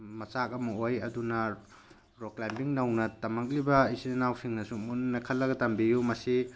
ꯃꯆꯥꯛ ꯑꯃ ꯑꯣꯏ ꯑꯗꯨꯅ ꯔꯣꯛ ꯀ꯭ꯂꯥꯏꯝꯕꯤꯡ ꯅꯧꯅ ꯇꯝꯃꯛꯂꯤꯕ ꯏꯆꯥꯟ ꯏꯅꯥꯎꯁꯤꯡꯅꯁꯨ ꯃꯨꯟꯅ ꯈꯜꯂꯒ ꯇꯝꯕꯤꯌꯨ ꯃꯁꯤ